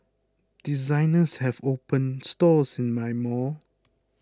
designers have opened stores in my mall